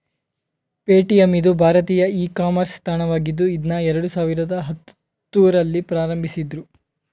Paytm ಇದು ಭಾರತೀಯ e commerce ತಾಣವಾಗಿದ್ದು ಇದ್ನಾ ಎರಡು ಸಾವಿರದ ಹತ್ತುರಲ್ಲಿ ಪ್ರಾರಂಭಿಸಿದ್ದ್ರು